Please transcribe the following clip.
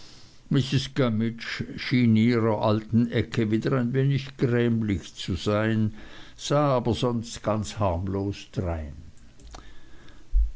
ihrer alten ecke wieder ein wenig grämlich zu sein sah aber sonst ganz harmlos drein